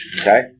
Okay